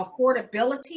affordability